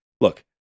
look